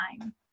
time